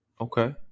Okay